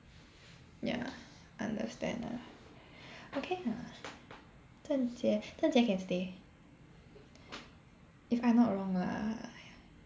ya understand ah okay Zhen Jie Zhen Jie can stay if I'm not wrong lah